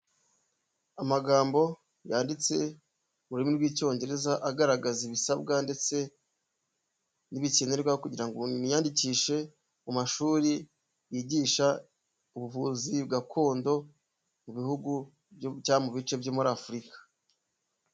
Amagambo yanditse mu rurimi rw'Icyongereza, agaragaza ibisabwa ndetse n'ibikenerwa kugira ngo mwiyandikishe mu mashuri yigisha ubuvuzi gakondo mu bihugu cyangwa mu bice byo muri Afurika.